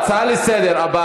בהצעה לסדר-היום,